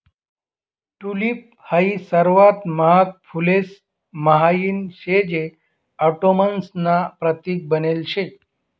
tulip हाई सर्वात महाग फुलेस म्हाईन शे जे ऑटोमन्स ना प्रतीक बनेल शे